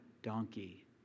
donkey